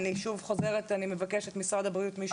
אני לא חושב שיש ספק שהמקצוע הזה חשוב יותר.